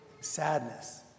sadness